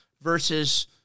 versus